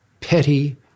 petty